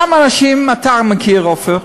כמה אנשים אתה מכיר, עפר,